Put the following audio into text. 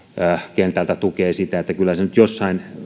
kentältä tukee sitä että kyllä se nyt jossain